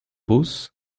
bus